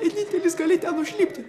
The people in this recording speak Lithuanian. vienintelis gali ten užlipti